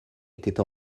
étaient